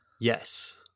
Yes